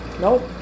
Nope